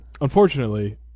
Unfortunately